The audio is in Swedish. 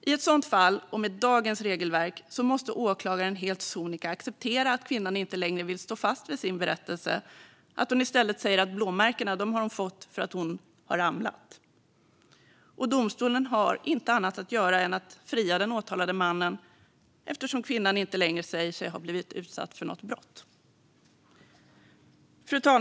I ett sådant fall och med dagens regelverk måste åklagaren helt sonika acceptera att kvinnan inte längre vill stå fast vid sin tidigare berättelse och att hon i stället säger att blåmärkena hon fått beror på att hon har ramlat. Domstolen har inte annat att göra än att fria den åtalade mannen, eftersom kvinnan inte längre säger sig ha blivit utsatt för något brott. Fru talman!